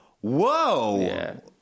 whoa